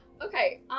Okay